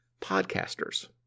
podcasters